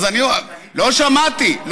לא שמעתי.